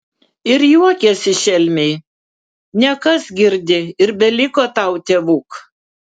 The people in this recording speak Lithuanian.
ir juokėsi šelmiai nekas girdi ir beliko tau tėvuk